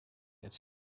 its